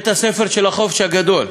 "בתי-הספר של החופש הגדול".